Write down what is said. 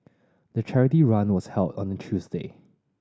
the charity run was held on a Tuesday